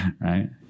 right